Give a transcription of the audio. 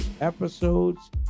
episodes